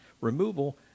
removal